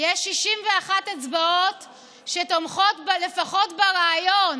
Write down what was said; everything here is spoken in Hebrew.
יש 61 אצבעות שתומכות לפחות ברעיון,